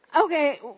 Okay